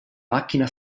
macchina